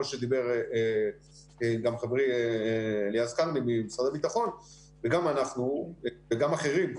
שאמר גם חברי אליעז קרני ממשרד הביטחון וגם אנחנו וגם אחרים,